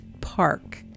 Park